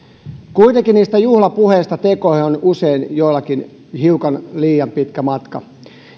kuitenkin juhlapuheista tekoihin on usein joillakin hiukan liian pitkä matka